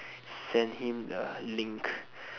send him the link